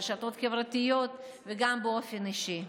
ברשתות החברתיות וגם באופן אישי.